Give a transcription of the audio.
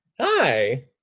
Hi